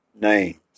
names